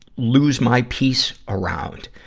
lose my peace around,